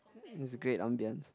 is a great ambience